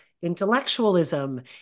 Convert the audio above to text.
intellectualism